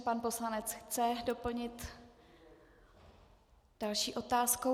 Pan poslanec chce doplnit další otázku.